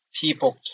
people